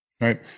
Right